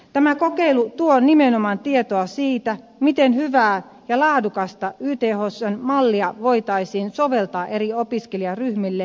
tämä kokeilu tuo nimenomaan tietoa siitä miten hyvää ja laadukasta ythsn mallia voitaisiin soveltaa eri opiskelijaryhmille ja eri paikkakunnille